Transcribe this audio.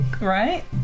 Right